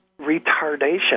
retardation